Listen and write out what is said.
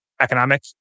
economic